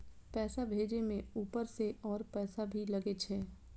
पैसा भेजे में ऊपर से और पैसा भी लगे छै?